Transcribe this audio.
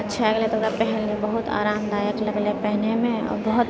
अच्छा आ गेलय तऽ ओकरा पहिरलियै बहुत आरामदायक लागलय पेन्हयमे आओर बहुत